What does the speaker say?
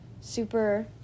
super